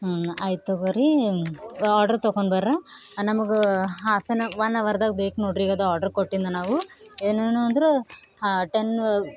ಹ್ಞೂ ಆಯ್ತು ತೊಗೊ ರೀ ಆರ್ಡರ್ ತೊಗೊಂಡ್ ಬರ್ರಿ ನಮಗೆ ಹಾಫ್ ಎನ್ ಒನ್ ಅವರ್ದಾಗ ಬೇಕು ನೋಡಿರಿ ಈಗ ಅದು ಆರ್ಡರ್ ಕೊಟ್ಟಿದ್ದು ನಾವು ಏನೇನು ಅಂದರೆ ಹಾಂ ಟೆನ್